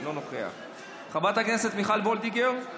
אינו נוכח, חברת הכנסת מיכל וולדיגר,